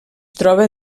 troba